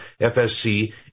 FSC